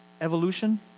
Evolution